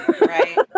Right